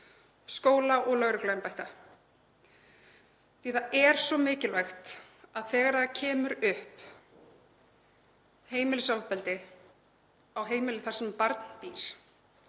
skóla og lögregluembætta. Það er svo mikilvægt að þegar það kemur upp heimilisofbeldi á heimili þar sem barn býr